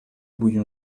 будем